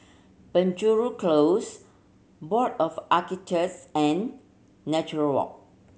Penjuru Close Board of Architects and Nature Walk